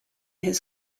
his